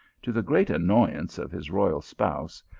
to the great annoyance of his royal spouse,